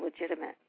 legitimate